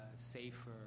safer